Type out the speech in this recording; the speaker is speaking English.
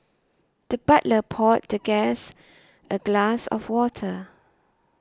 the butler poured the guest a glass of water